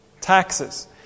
Taxes